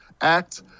Act